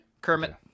Kermit